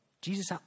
Jesus